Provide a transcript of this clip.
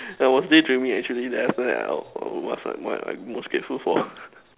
I was daydreaming actually then after that then I was like what I'm most grateful for